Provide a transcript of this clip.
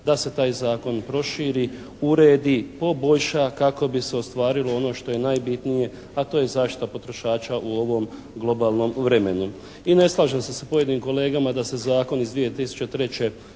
da se taj Zakon proširi, uredi, poboljša kako bi se ostvarilo ono što je najbitnije, a to je zaštita potrošača u ovom globalnom vremenu. I ne slažem se sa pojedinim kolegama da se zakon iz 2003.